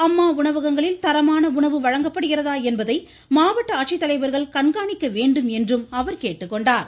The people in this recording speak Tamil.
அம்மா உணவகங்களில் தரமான உணவு வழங்கப்படுகிறதா என்பதை ஆட்சியர்கள் கண்காணிக்க வேண்டும் என்றும அவர் கேட்டுக்கொண்டார்